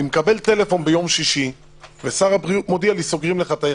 אני מקבל טלפון ביום שישי ושר הבריאות מודיע לי: סוגרים לך את העיר.